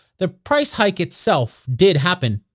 the price hike itself did happen.